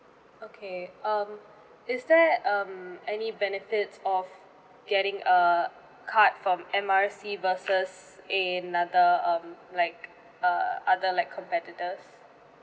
okay um is there um any benefits of getting a card from M R C versus another um like uh other like competitors